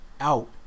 out